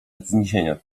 zniesienia